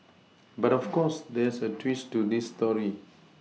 but of course there's a twist to this story